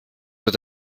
wird